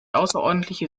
außerordentliche